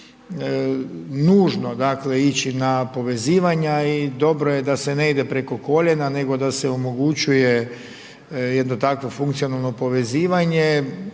da je nužno dakle ići na povezivanja i dobro je da se ne ide preko koljena nego da se omogućuje jedno takvo funkcionalno povezivanje